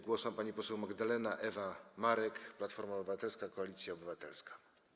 Głos ma pani poseł Magdalena Ewa Marek, Platforma Obywatelska - Koalicja Obywatelska.